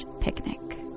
picnic